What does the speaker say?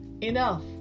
Enough